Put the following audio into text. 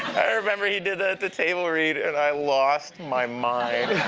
i remember he did that at the table read and i lost my mind.